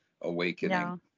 awakening